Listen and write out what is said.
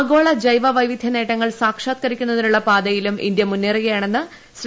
ആഗോള ജൈവവൈവിദ്ധ്യ നേട്ടങ്ങൾ സാക്ഷാത്ക്കരിക്കുന്നതിനുള്ള പാതയിലും ഇന്ത്യ മുന്നേറുകയാണെന്ന് ശ്രീ